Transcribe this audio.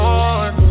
Lord